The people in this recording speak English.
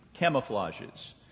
camouflages